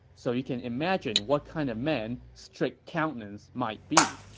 so you can imagine what kind of man strict countenance might be.